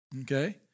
Okay